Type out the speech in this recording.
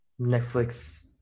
Netflix